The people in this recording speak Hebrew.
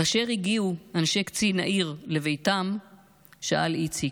כאשר הגיעו אנשי קצין העיר לביתם שאל איציק: